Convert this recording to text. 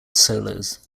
solos